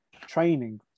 training